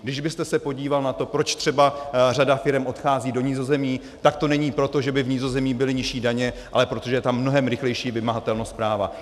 Kdybyste se podíval na to, proč třeba řada firem odchází do Nizozemí, tak to není proto, že by v Nizozemí byly nižší daně, ale proto, že je tam mnohem rychlejší vymahatelnost práva.